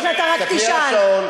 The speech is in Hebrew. נסעו,